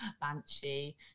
banshee